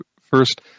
First